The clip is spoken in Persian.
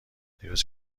دیروز